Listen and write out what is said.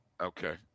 Okay